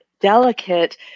delicate